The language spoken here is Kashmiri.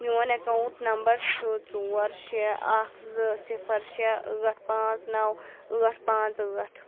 میٛون اَکاوُنٛٹ نمبر چھُ ژور شےٚ اکھ زٕ صِفر شےٚ ٲٹھ پانٛژھ نو ٲٹھ پانٛژھ ٲٹھ